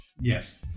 Yes